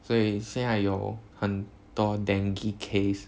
所以现在有很多 dengue case